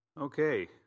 Okay